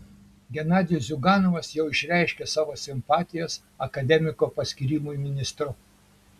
genadijus ziuganovas jau išreiškė savo simpatijas akademiko paskyrimui ministru